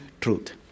truth